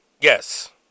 yes